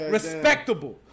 Respectable